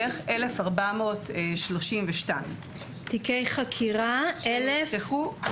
בערך 1,432. תיקי חקירה, כמה?